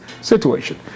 situation